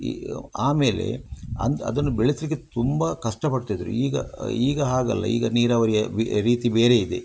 ಆಮೇಲೆ ಅದು ಅದನ್ನು ಬೆಳೆಸಲಿಕ್ಕೆ ತುಂಬ ಕಷ್ಟ ಪಡ್ತಿದ್ದರು ಈಗ ಈಗ ಹಾಗಲ್ಲ ಈಗ ನೀರಾವರಿಯ ರೀತಿ ಬೇರೆ ಇದೆ